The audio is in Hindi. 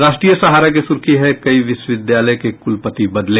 राष्ट्रीय सहारा की सुर्खी है कई विश्वविद्यालय के कुलपति बदले